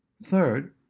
third,